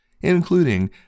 including